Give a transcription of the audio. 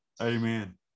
amen